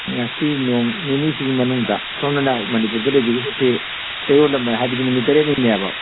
ꯉꯁꯤ ꯅꯣꯡ ꯅꯤꯅꯤꯁꯤꯒꯤ ꯃꯅꯨꯡꯗ ꯁꯣꯝꯅ ꯃꯅꯤꯄꯨꯔꯗ ꯂꯩꯕꯤꯔꯤꯕꯁꯤ ꯆꯌꯣꯜ ꯑꯃ ꯍꯥꯏꯕꯗꯤ ꯅꯨꯃꯤꯠ ꯇꯔꯦꯠꯅꯤꯅꯦꯕ